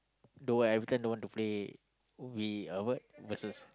don't want everytime don't want to play we uh what versus